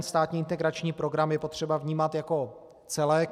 Státní integrační program je potřeba vnímat jako celek.